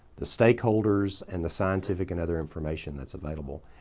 the stakeholders and the scientific and other information that's available.